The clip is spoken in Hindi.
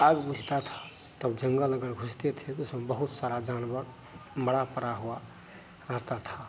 आग बुझती थी तब जंगल अगर घुसते थे उसमें बहुत सारे जानवर मरा पड़ा हुआ रहता था